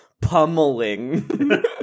pummeling